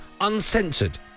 Uncensored